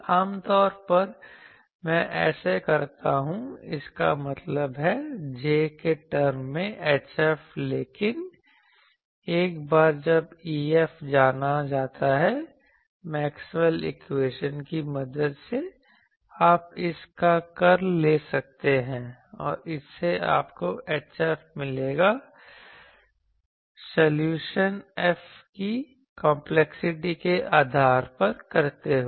आमतौर पर मैं ऐसा करता हूं इसका मतलब है j के टरम में HF लेकिन एक बार जब EF जाना जाता है मैक्सवेल इक्वेशन की मदद से आप इस का कर्ल ले सकते हैं और इससे आपको HF मिलेगा सॉल्यूशन F की कंपलेक्सिटी के आधार पर करते हुए